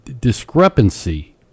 discrepancy